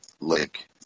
lake